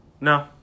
No